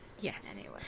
Yes